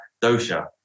dosha